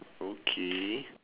okay